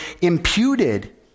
imputed